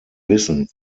wissen